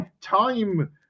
time